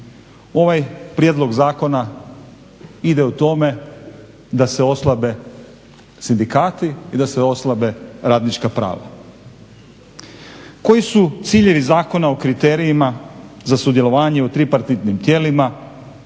Ovaj prijedlog zakona ide u tome da se oslabe sindikati i da se oslabe radnička prava. Koji su ciljevi Zakona o kriterijima za sudjelovanje u tripartitnim tijelima